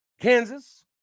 kansas